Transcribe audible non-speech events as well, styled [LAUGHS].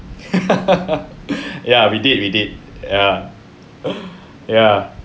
[LAUGHS] ya we did we did ya [BREATH] ya